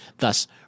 Thus